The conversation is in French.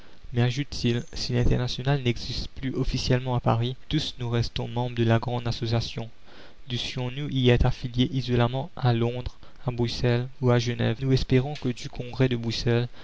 mais ajoute-t-il si l'internationale n'existe plus officiellement à paris tous nous restons membres de la grande association dussions-nous y être affiliés isolément à londres à bruxelles ou à genève nous espérons que du congrès de